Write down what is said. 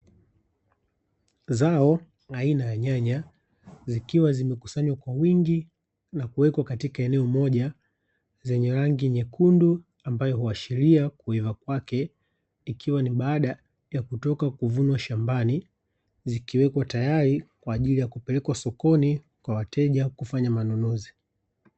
Zao aina ya nyanya zikiwa zimekusanywa kwa wingi na kuwekwa katika eneo moja zenye rangi nyekundu ambayo hushiria kuiva kwake, ikiwa ni baada ya kutoka kuvunwa shambani, zikiwekwa tayari kwa ajili ya kupelekwa sokoni kwa wateja kufanya manunuzi.